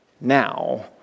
now